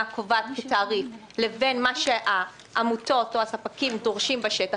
קובעת כתעריף לבין מה שהעמותות או הספקים דורשים בשטח,